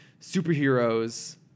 superheroes